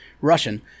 Russian